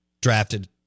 drafted